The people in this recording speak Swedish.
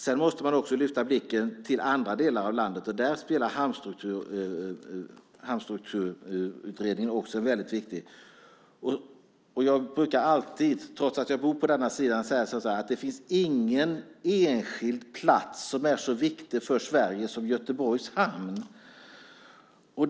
Sedan måste man också lyfta blicken till andra delar av landet. Där spelar Hamnstrategiutredningen också en väldigt viktig roll. Jag brukar alltid, trots att jag bor på den här sidan av landet, säga att det inte finns någon enskild plats som är så viktig för Sverige som Göteborgs hamn.